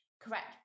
correct